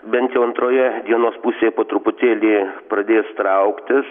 bent jau antroje dienos pusėje po truputėlį pradės trauktis